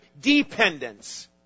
dependence